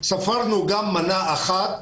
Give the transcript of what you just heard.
ספרנו גם מנה אחת